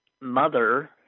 mother